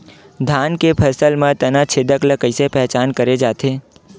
धान के फसल म तना छेदक ल कइसे पहचान करे जाथे?